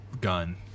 gun